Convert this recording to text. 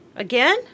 Again